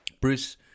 Bruce